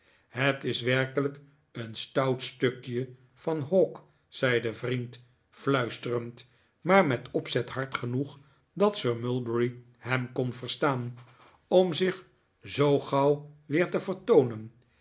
het is werkelijk een stout stukje van hawk zei de vriend fluisterend maar met opzet hard genoeg dat sir mulberry hem kon verstaan om zich zoo gauw weer te vertoonen